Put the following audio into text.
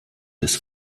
des